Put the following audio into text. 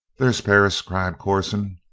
there's perris! cried corson.